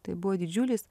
tai buvo didžiulis